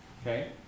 okay